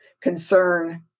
concern